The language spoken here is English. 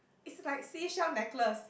is like seashell necklaces